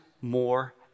more